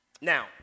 Now